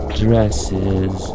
dresses